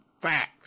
fact